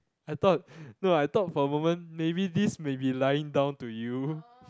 I thought no I thought for a moment maybe this may be lying down to you